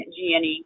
gne